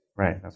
Right